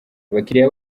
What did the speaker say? abakiriya